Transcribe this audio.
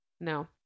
No